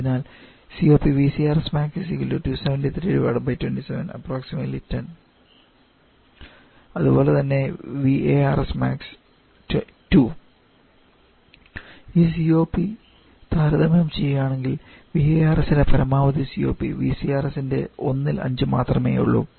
അതിനാൽ അതുപോലെതന്നെ ഈ COP താരതമ്യം ചെയ്യുകയാണെങ്കിൽ VARS ൻറെ പരമാവധി COP VCRS ൻറെ ഒന്നിൽ അഞ്ച് മാത്രമേയുള്ളൂ